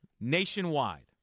Nationwide